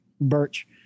birch